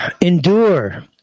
endure